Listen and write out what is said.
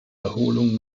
erholung